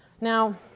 Now